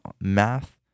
math